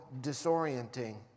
disorienting